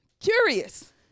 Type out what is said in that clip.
curious